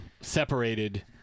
separated